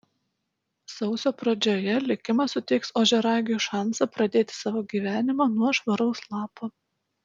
sausio pradžioje likimas suteiks ožiaragiui šansą pradėti savo gyvenimą nuo švaraus lapo